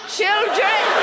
children